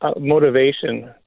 motivation